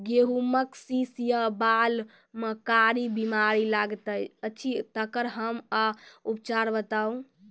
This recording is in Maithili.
गेहूँमक शीश या बाल म कारी बीमारी लागतै अछि तकर नाम आ उपचार बताउ?